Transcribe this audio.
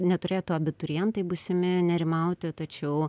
neturėtų abiturientai būsimi nerimauti tačiau